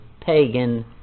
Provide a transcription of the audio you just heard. pagan